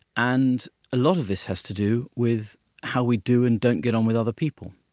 and a lot of this has to do with how we do and don't get on with other people.